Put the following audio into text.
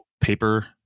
paper